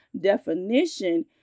definition